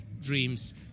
dreams